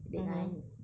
mmhmm